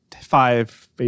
five